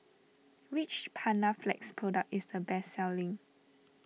which Panaflex product is the best selling